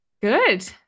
Good